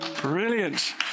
Brilliant